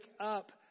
up